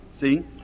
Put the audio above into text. See